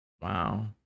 Wow